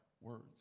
words